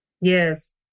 Yes